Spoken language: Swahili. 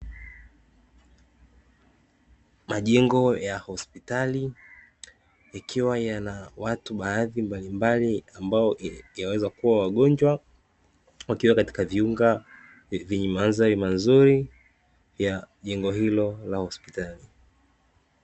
Majengo ya hospitali yakiwa yana watu baadhi mbalimbali ambao yawezakuwa wagonjwa wakiwa katika viunga vya mandhari mazuri ya jengo hilo la hospitali.